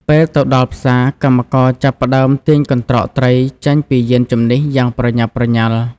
ពេលទៅដល់ ផ្សារ កម្មករចាប់ផ្តើមទាញកន្ត្រកត្រីចេញពីយានជំនិះយ៉ាងប្រញាប់ប្រញាល់។